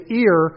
ear